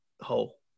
hole